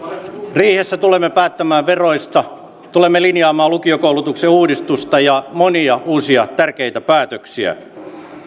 riihessä tulemme päättämään veroista tulemme linjaamaan lukiokoulutuksen uudistusta ja monia uusia tärkeitä päätöksiä